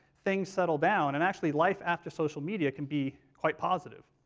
things settle down, and actually, life after social media can be quite positive.